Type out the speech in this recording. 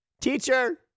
Teacher